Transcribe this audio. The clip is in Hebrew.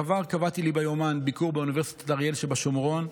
כבר קבעתי לי ביומן ביקור באוניברסיטת אריאל שבשומרון.